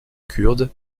kurde